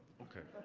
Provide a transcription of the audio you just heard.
okay,